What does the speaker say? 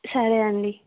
సరే అండి